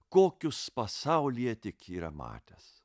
kokius pasaulyje tik yra matęs